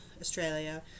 Australia